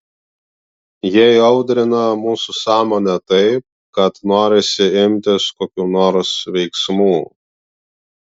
jie įaudrina mūsų sąmonę taip kad norisi imtis kokių nors veiksmų